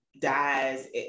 dies